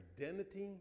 identity